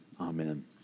Amen